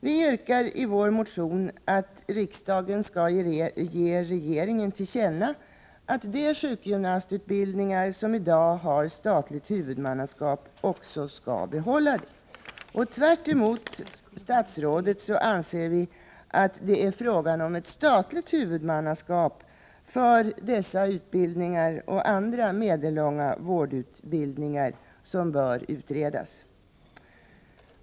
Vi yrkar i vår motion att riksdagen skall ge regeringen till känna att de sjukgymnastutbildningar som i dag har statligt huvudmannaskap också skall få behålla detta. Tvärtemot statsrådet hävdar vi att frågan om ett statligt huvudmannaskap för dessa utbildningar och andra medellånga vårdutbildningar bör utredas.